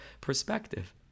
perspective